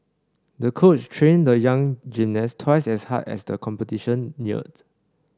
the coach trained the young gymnast twice as hard as the competition neared